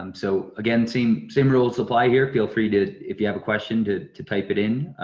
um so again, same same rules apply here, feel free to, if you have a question, to to type it in,